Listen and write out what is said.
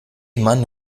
mann